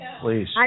Please